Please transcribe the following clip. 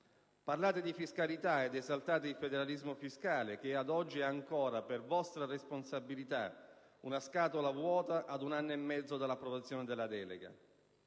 Parlate di fiscalità ed esaltate il federalismo fiscale, che ad oggi è ancora per vostra responsabilità una scatola vuota, ad un anno e mezzo dall'approvazione della delega.